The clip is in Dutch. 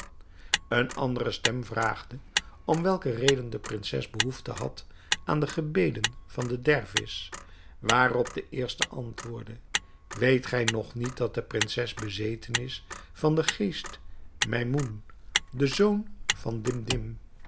eene andere stem vraagde om welke reden de prinses behoefte had aan de gebeden van den dervis waarop de eerste antwoordde weet gij nog niet dat de prinses bezeten is van den geest maimoun den zoon van dimdim